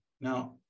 Now